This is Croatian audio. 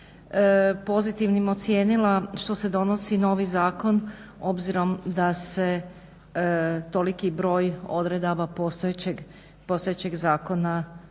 pozitivnim ocijenila što se donosi novi zakon obzirom da se toliki broj odredaba postojećeg zakona